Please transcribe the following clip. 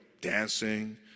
dancing